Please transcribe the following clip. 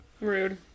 Rude